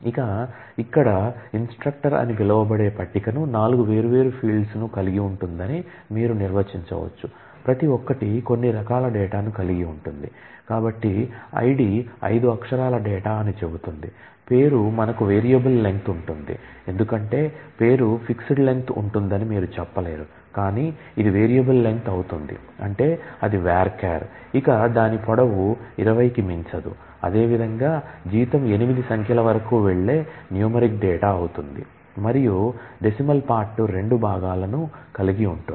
ఇక ఇక్కడ ఇన్స్ట్రక్టర్ రెండు భాగాలను కలిగి ఉంటుంది